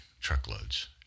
truckloads